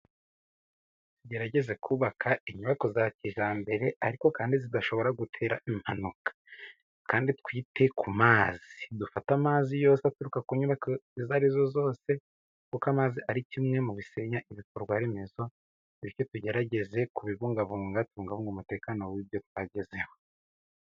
Tugerageza kubaka inyubako za kijyambere, riko kandi zidashobora gutera impanuka. Kandi twite ku mazi, dufata amazi yose aturuka ku nyubako izo arizo zose. Kuko amazi ari kimwe mu bisenya ibikorwaremezo. Bityo tugerageze kubibungabunga. Tubungabunge umutekano w'ibyo twagezeho.